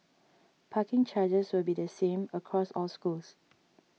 parking charges will be the same across all schools